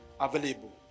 available